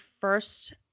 first